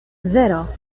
zero